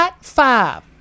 five